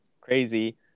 crazy